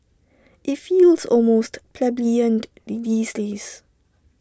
IT feels almost plebeiant the these days